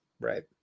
Right